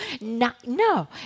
no